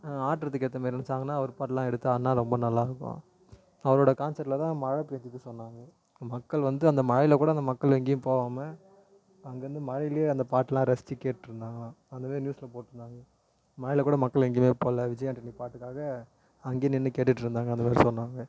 ஆடுறதுக்கேத்த மாரி நினச்சாங்கனா அவர் பாட்டுலாம் எடுத்து ஆடினா ரொம்ப நல்லாயிருக்கும் அவரோட கான்சப்ட்டில் தான் மழை பெஞ்ஜிது சொன்னாங்க மக்கள் வந்து அந்த மழையில் கூட அந்த மக்கள் எங்கேயும் போவாம அங்கேருந்த மழையில் அந்த பாட்டெலாம் ரசித்து கேட்டுருந்தாங்கலாம் அந்த மாரி நியூஸில் போட்டுருந்தாங்க மழையில் கூட மக்கள் எங்கேயுமே போலா விஜய் ஆண்டனி பாட்டுக்காக அங்கே நின்று கேட்டுட்டுருந்தாங்க அந்த மாரி சொன்னாங்க